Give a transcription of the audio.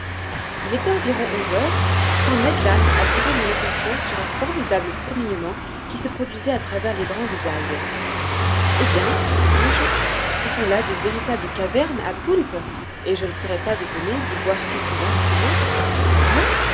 il était environ onze heures quand ned land attira mon attention sur un formidable fourmillement qui se produisait à travers les grandes algues eh bien dis-je ce sont là de véritables cavernes à poulpes et je ne serais pas étonné d'y voir quelques-uns de ces monstres quoi